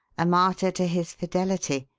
a martyr to his fidelity.